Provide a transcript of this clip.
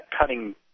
cutting